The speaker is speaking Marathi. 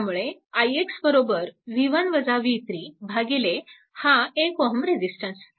त्यामुळे ix बरोबर भागिले हा 1 Ω रेजिस्टन्स